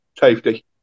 safety